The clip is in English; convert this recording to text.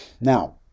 Now